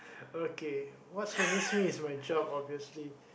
okay what stresses me is my job obviously